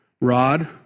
Rod